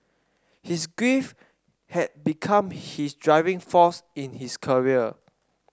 his grief had become his driving force in his career